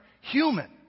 human